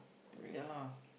ya lah